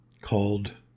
called